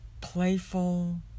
playful